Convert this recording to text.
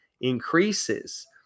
increases